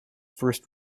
first